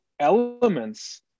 elements